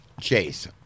Chase